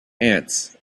ants